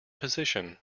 position